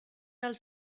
del